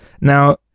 now